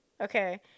Okay